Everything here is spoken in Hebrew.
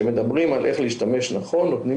שכשמדברים על איך להשתמש נכון נותנים